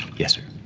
yes sir,